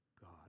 God